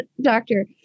doctor